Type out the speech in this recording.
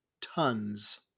tons